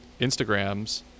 Instagrams